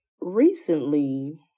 recently